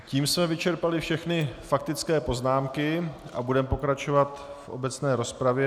Tím jsme vyčerpali všechny faktické poznámky a budeme pokračovat v obecné rozpravě.